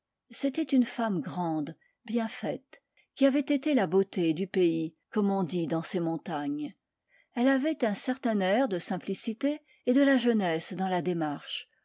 c'était une femme grande bien faite qui avait été la beauté du pays comme on dit dans ces montagnes elle avait un certain air de simplicité et de la jeunesse dans la démarche